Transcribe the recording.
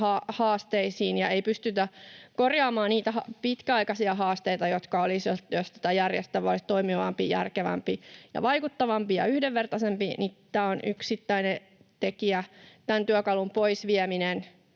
haasteisiin ja siihen, ettei pystytä korjaamaan niitä pitkäaikaisia haasteita, jotka olisivat korjattavissa, jos tämä järjestelmä olisi toimivampi, järkevämpi, vaikuttavampi ja yhdenvertaisempi. Tämä on yksittäinen tekijä, tämän työkalun poisvieminen,